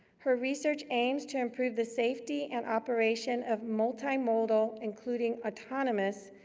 her research aims to improve the safety and operation of multi-modal, including autonomous,